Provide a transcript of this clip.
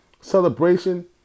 celebration